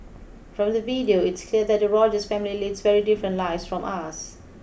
from the video it's clear that the Rogers family leads very different lives from us